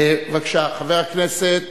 בבקשה, חבר הכנסת